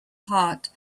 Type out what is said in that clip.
heart